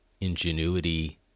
ingenuity